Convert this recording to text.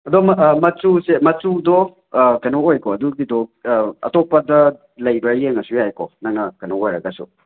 ꯑꯗꯣ ꯃꯆꯨꯁꯦ ꯃꯆꯨꯗꯣ ꯀꯩꯅꯣ ꯑꯣꯏꯀꯣ ꯑꯗꯨꯒꯤꯗꯣ ꯑꯇꯣꯞꯄꯗ ꯂꯩꯕ꯭ꯔꯥ ꯌꯦꯡꯂꯁꯨ ꯌꯥꯏꯀꯣ ꯅꯪꯅ ꯀꯩꯅꯣ ꯑꯣꯏꯔꯒꯁꯨ